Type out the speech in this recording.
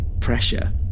pressure